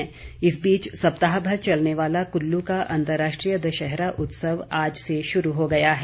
कुल्लू दशहरा इस बीच सप्ताह भर चलने वाला कुल्लू का अंतर्राष्ट्रीय दशहरा उत्सव आज से शुरू हो गया है